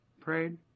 prayed